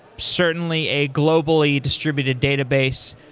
certainly a globally distributed database,